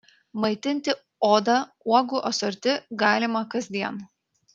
maitinti odą uogų asorti galima kasdien